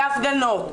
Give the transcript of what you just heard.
בהפגנות,